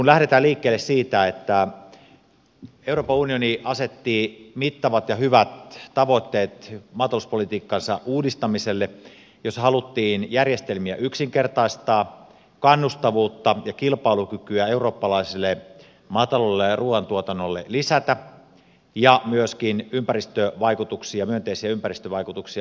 lähdetään liikkeelle siitä että euroopan unioni asetti mittavat ja hyvät tavoitteet maatalouspolitiikkansa uudistamiselle jossa haluttiin järjestelmiä yksinkertaistaa kannustavuutta ja kilpailukykyä eurooppalaiselle maataloudelle ja ruuantuotannolle lisätä ja myöskin myönteisiä ympäristövaikutuksia aikaansaada